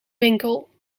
winkel